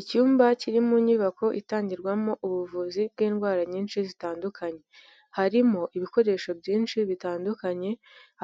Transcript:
Icyumba kiri mu nyubako itangirwamo ubuvuzi bw'indwara nyinshi zitandukanye, harimo ibikoresho byinshi bitandukanye